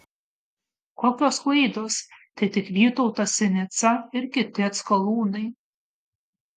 kokios klaidos tai tik vytautas sinica ir kiti atskalūnai